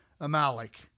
Amalek